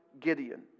Gideon